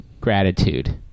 gratitude